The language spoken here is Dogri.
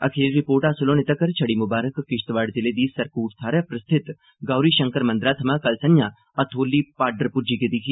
अखीरी रिपोर्ट हासल होने तक्कर छड़ी मुबारक किश्तवाड़ जिले दी सरकूट थाहरै पर स्थित गौरी शंकर मंदरै थमां कल संझां अथोली पाड्डर पुज्जी गेदी ही